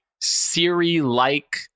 Siri-like